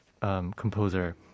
composer